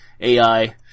AI